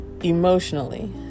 emotionally